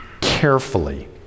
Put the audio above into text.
carefully